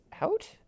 out